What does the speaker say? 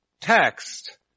text